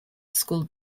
school